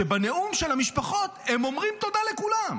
שבנאום של המשפחות הם אומרים תודה לכולם,